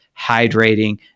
hydrating